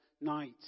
night